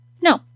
No